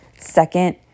second